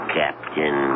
captain